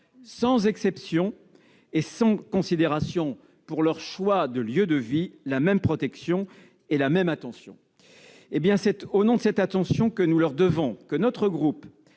sans exception et sans considération de leur choix de lieu de vie, la même protection et la même attention. C'est au nom de cette attention que nous leur devons que notre groupe